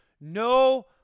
no